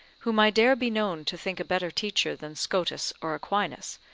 whom i dare be known to think a better teacher than scotus or aquinas,